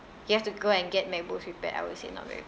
you have to go and get macbooks repaired I would say not very